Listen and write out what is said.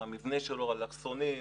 אם המבנה שלו אלכסוני,